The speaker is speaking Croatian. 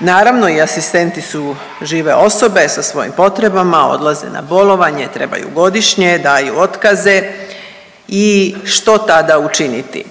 Naravno i asistenti su žive osobe sa svojim potrebama, odlaze na bolovanje, trebaju godišnje, daju otkaze i što tada učiniti.